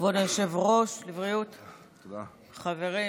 כבוד היושב-ראש, חברים,